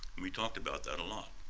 we talked about that a lot.